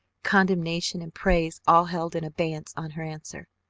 condemnation and praise all held in abeyance on her answer.